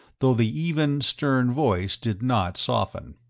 though the even, stern voice did not soften.